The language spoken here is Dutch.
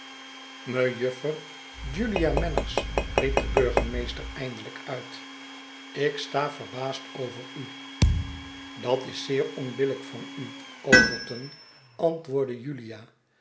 mejufter julia manners riep de burgemeester eindelijk uit ik sta verbaasd over u dat is zeer onbillijk van u overton antwoordde julia